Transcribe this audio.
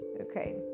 okay